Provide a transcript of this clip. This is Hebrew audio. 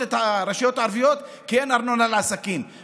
את הרשויות הערביות כי אין ארנונה לעסקים,